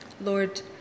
Lord